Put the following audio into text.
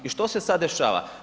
I što se sada dešava?